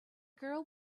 girl